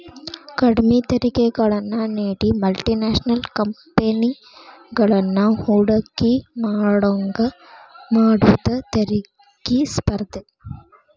ಕಡ್ಮಿ ತೆರಿಗೆಗಳನ್ನ ನೇಡಿ ಮಲ್ಟಿ ನ್ಯಾಷನಲ್ ಕಂಪೆನಿಗಳನ್ನ ಹೂಡಕಿ ಮಾಡೋಂಗ ಮಾಡುದ ತೆರಿಗಿ ಸ್ಪರ್ಧೆ